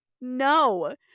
No